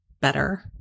better